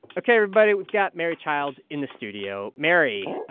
ok, everybody, we've got mary childs in the studio. mary,